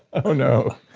oh no.